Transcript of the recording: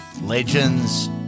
Legends